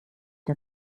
der